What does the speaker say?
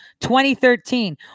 2013